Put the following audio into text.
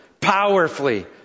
powerfully